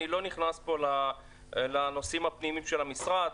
אני לא נכנס פה לנושאים הפנימיים של המשרד,